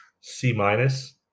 C-minus